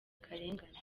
akarengane